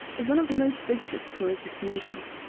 is one of the most visited tourist destinations,